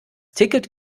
ticket